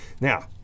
now